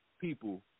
people